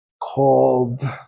called